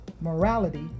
morality